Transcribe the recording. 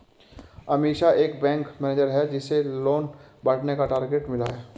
अमीषा एक bank manager है जिसे लोन बांटने का टारगेट मिला